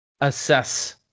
assess